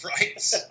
Right